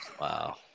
Wow